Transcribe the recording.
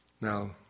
Now